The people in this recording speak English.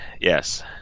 yes